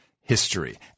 history